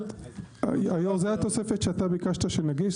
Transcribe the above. זה התוספת שאתה ביקשת שנגיש.